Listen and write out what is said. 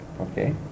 Okay